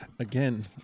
Again